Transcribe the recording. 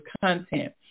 content